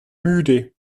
müde